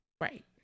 Right